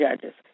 judges